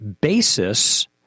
basis